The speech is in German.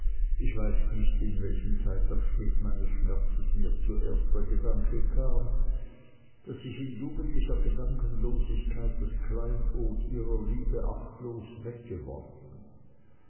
ich weiß nicht in welchem zeitabschnitt meines schmerzes mir zuerst der gedanke kam daß ich in jugendlicher gedankenlosigkeit das kleinod ihrer liebe achtlos weggeworfen